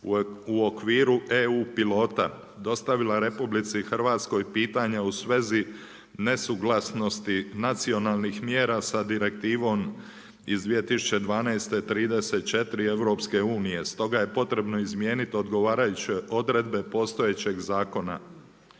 u okviru EU pilota dostavila je RH pitanje u svezi nesuglasnosti nacionalnih mjera sa direktivom iz 2012. 34 EU. Stoga je potrebno izmijeniti odgovarajuće odredbe postojećeg zakona.